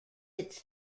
its